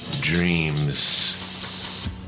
dreams